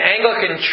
Anglican